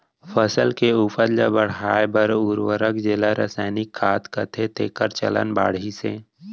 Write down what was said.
फसल के उपज ल बढ़ाए बर उरवरक जेला रसायनिक खाद कथें तेकर चलन बाढ़िस हे